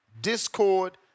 Discord